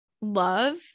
love